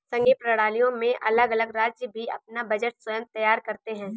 संघीय प्रणालियों में अलग अलग राज्य भी अपना बजट स्वयं तैयार करते हैं